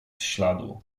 śladu